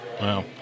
Wow